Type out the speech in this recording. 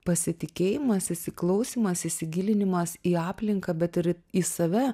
pasitikėjimas įsiklausymas įsigilinimas į aplinką bet ir į save